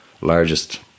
largest